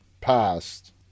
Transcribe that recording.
passed